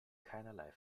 keinerlei